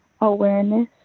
awareness